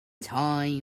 time